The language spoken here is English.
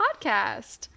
podcast